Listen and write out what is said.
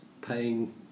paying